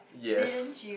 yes